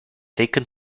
taken